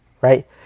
right